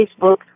Facebook